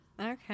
Okay